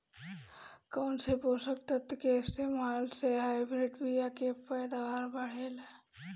कौन से पोषक तत्व के इस्तेमाल से हाइब्रिड बीया के पैदावार बढ़ेला?